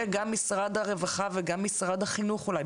גם משרד הרווחה וגם משרד החינוך אולי,